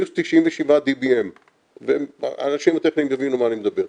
מינוס 97 DBM ו- -- יבינו על מה אני מדבר.